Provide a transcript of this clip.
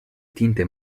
tinte